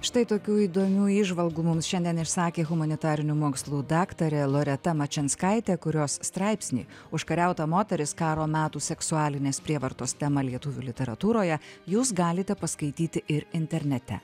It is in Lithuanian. štai tokių įdomių įžvalgų mums šiandien išsakė humanitarinių mokslų daktarė loreta mačianskaitė kurios straipsnį užkariauta moteris karo metų seksualinės prievartos tema lietuvių literatūroje jūs galite paskaityti ir internete